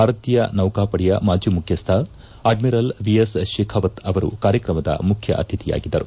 ಭಾರತೀಯ ನೌಕಾಪಡೆಯ ಮಾಜಿ ಮುಖ್ಜಸ್ವ ಅಡ್ಮಿರಲ್ ವಿ ಎಸ್ ಕೆಖಾವತ್ ಅವರು ಕಾರ್ಯಕ್ರಮದ ಮುಖ್ತ ಅತಿಥಿಯಾಗಿದ್ದರು